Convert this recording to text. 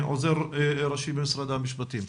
עוזר ראשי במשרד המשפטים,